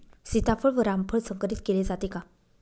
सीताफळ व रामफळ संकरित केले जाते का?